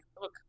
look